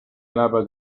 anava